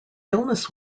illness